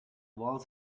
walls